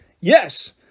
Yes